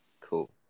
Cool